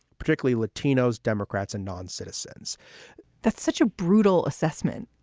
particularly latinos, democrats and non-citizens that's such a brutal assessment.